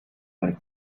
like